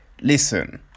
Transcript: listen